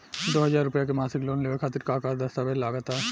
दो हज़ार रुपया के मासिक लोन लेवे खातिर का का दस्तावेजऽ लग त?